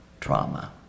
trauma